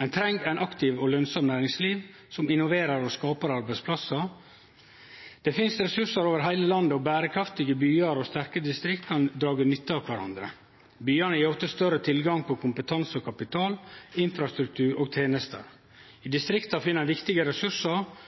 Ein treng eit aktivt og lønsamt næringsliv som innoverer og skaper arbeidsplassar. Det finst ressursar over heile landet, og berekraftige byar og sterke distrikt kan dra nytte av kvarandre. Byane gjev ofte større tilgang på kompetanse, kapital, infrastruktur og tenester. I distrikta finn ein viktige ressursar